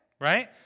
right